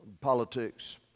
politics